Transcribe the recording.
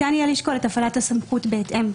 ניתן יהיה לשקול את הפעלת הסמכות בהתאם,